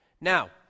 Now